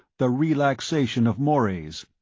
the relaxation of mores.